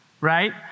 right